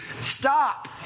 Stop